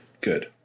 Good